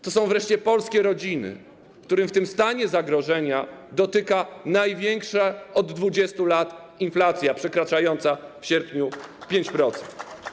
To są wreszcie polskie rodziny, które w tym stanie zagrożenia dotyka największa od 20 lat inflacja, przekraczająca w sierpniu 5%.